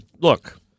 Look